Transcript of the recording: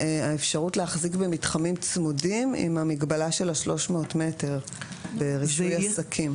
האפשרות להחזיק במתחמים צמודים עם המגבלה של ה-300 מטרים ברישוי עסקים.